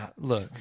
Look